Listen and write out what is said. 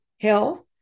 health